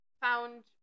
found